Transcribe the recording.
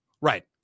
Right